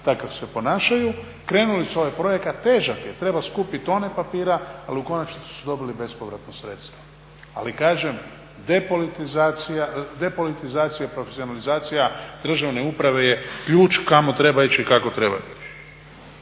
kako se ponašaju krenuli su u ovaj projekat. Težak je, treba skupiti tone papira ali u konačnici su dobili bespovratna sredstva. Ali kažem, depolitizacija i profesionalizacija državne uprave je ključ kamo treba ići i kako treba ići.